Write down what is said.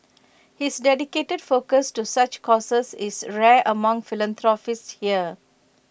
his dedicated focus to such causes is rare among philanthropists here